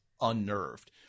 unnerved